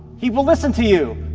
he will listen to you.